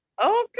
Okay